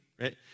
right